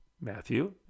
Matthew